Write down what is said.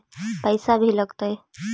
पैसा भी लगतय?